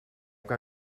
que